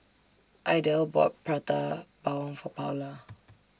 Idell bought Prata Bawang For Paula